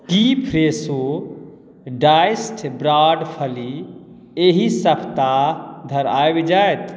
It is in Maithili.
की फ़्रेशो डाइस्ड ब्राण्ड फली एहि सप्ताह धरि आबि जायत